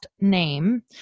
name